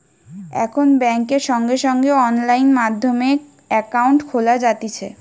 এখন বেংকে সঙ্গে সঙ্গে অনলাইন মাধ্যমে একাউন্ট খোলা যাতিছে